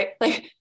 right